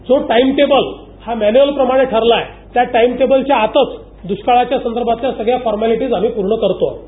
जो टाईमटेबल या मॅन्युअलप्रमाणे ठरला आहे त्या टाईमटेबलच्या आत दृष्काळाच्या संदर्भातल्या सगळ्या फॉर्मालिटीज आम्ही पूर्ण करतो आहोत